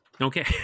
Okay